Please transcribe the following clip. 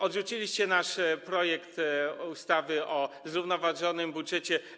Odrzuciliście nasz projekt ustawy o zrównoważonym budżecie.